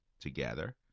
together